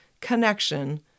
connection